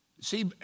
See